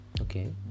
Okay